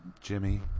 Jimmy